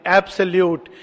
absolute